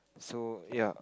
so ya